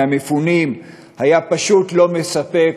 היה פשוט לא מספק,